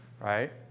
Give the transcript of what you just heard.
right